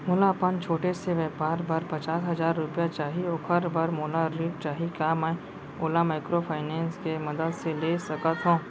मोला अपन छोटे से व्यापार बर पचास हजार रुपिया चाही ओखर बर मोला ऋण चाही का मैं ओला माइक्रोफाइनेंस के मदद से ले सकत हो?